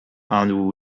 and